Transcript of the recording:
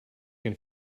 can